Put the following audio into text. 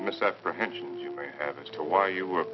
misapprehension you may have as to why you were